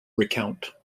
recount